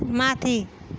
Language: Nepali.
माथि